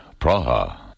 Praha